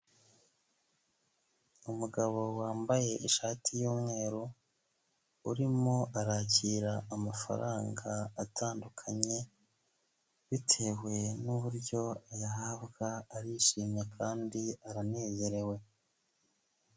Umugabo wambaye ishati y'umweru, urimo arakira amafaranga atandukanye, bitewe n'uburyo ayahabwa arishimye kandi aranezerewe.